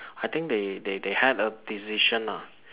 I think they they they had a decision ah